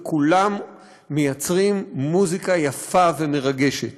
וכולם מייצרים מוזיקה יפה ומרגשת.